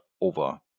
over